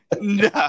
No